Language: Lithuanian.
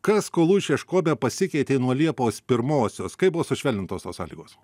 kas skolų išieškojime pasikeitė nuo liepos pirmosios kaip buvo sušvelnintos tos sąlygos